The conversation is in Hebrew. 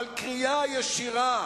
אבל קריאה ישירה